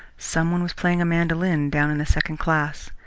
some one was playing a mandolin down in the second class.